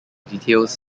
details